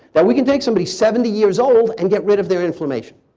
that we can take somebody seventy years old and get rid of their information